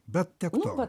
bet tiek to